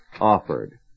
offered